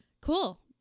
cool